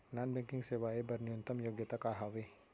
Non banking सेवाएं बर न्यूनतम योग्यता का हावे?